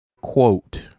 quote